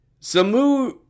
Samu